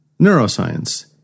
Neuroscience